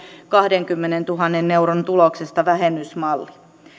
kahdenkymmenentuhannen euron vähennys tuloksesta malli